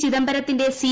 ചിദംബരത്തിന്റെ സി